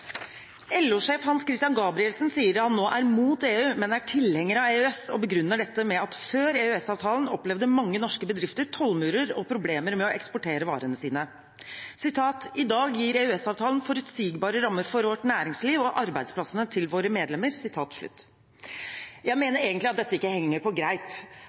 Gabrielsen sier han nå er imot EU, men tilhenger av EØS, og begrunner dette med at før EØS-avtalen opplevde mange norske bedrifter tollmurer og problemer med å eksportere varene sine: «I dag gir EØS-avtalen forutsigbare rammer for vårt næringsliv og arbeidsplassene til våre medlemmer.» Jeg mener egentlig at dette ikke henger på greip